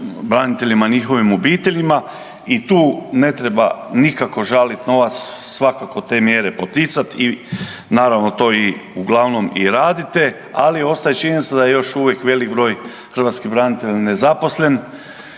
braniteljima i njihovim obiteljima i tu ne treba nikako žalit novac, svakako te mjere poticat i naravno to uglavnom i radite. Ali ostaje činjenica da još uvijek velik broj hrvatskih branitelja nezaposlen,